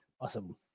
Awesome